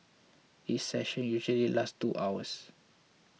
each session usually lasts two hours